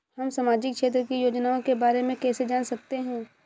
हम सामाजिक क्षेत्र की योजनाओं के बारे में कैसे जान सकते हैं?